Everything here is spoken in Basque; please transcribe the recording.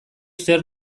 zer